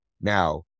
Now